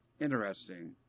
Interesting